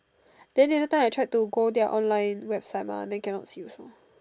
then the other time I tried to go their online website mah then can not see also